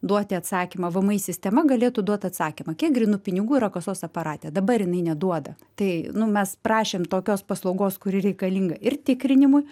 duoti atsakymą vmi sistema galėtų duot atsakymą kiek grynų pinigų yra kasos aparate dabar jinai neduoda tai nu mes prašėm tokios paslaugos kuri reikalinga ir tikrinimui